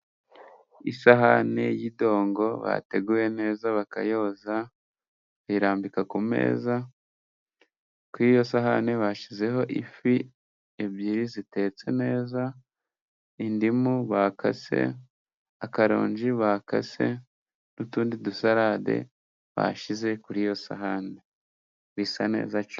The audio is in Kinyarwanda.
Isahani y' idongo bateguye neza bakayoza, bayirambika ku meza, kuri iyo sahani bashyizeho ifi ebyiri zitetse neza, indimu bakase, akaronji bakase n' utundi dusalade bashyize kuri iyo sahani bisa neza cyone.